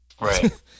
Right